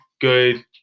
good